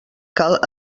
cal